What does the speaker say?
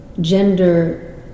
gender